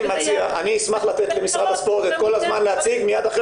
אני אשמח לתת למשרד הספורט את כל הזמן להציג מיד אחרי